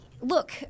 Look